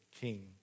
King